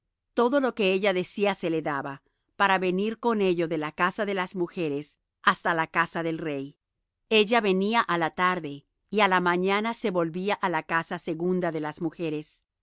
todo lo que ella decía se le daba para venir con ello de la casa de las mujeres hasta la casa del rey ella venía á la tarde y á la mañana se volvía á la casa segunda de las mujeres